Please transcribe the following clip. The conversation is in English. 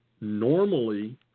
normally